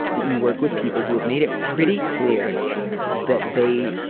that you work with people who have made it pretty clear that they